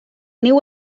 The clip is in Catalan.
niu